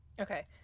Okay